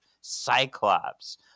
cyclops